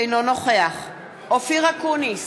אינו נוכח אופיר אקוניס,